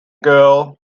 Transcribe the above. girl